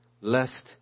Lest